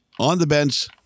on-the-bench